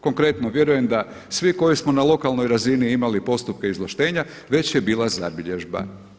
Konkretno, vjerujem da svi koji smo na lokalnoj razini imali postupke izvlaštenja već je bila zabilježba.